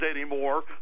anymore